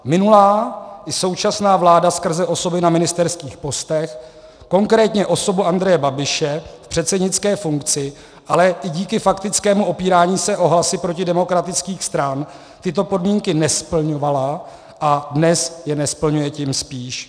Minulá i současná vláda skrze osoby na ministerských postech, konkrétně osobu Andreje Babiše v předsednické funkci, ale i díky faktickému opírání se o hlasy protidemokratických stran, tyto podmínky nesplňovala a dnes je nesplňuje tím spíš.